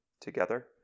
together